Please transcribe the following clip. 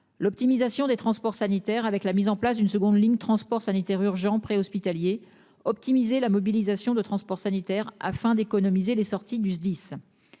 L'optimisation des transports sanitaires avec la mise en place d'une seconde ligne transports sanitaires urgents pré-hospitalier optimiser la mobilisation de transport sanitaire afin d'économiser les sorties du SDIS.